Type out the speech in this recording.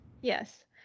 yes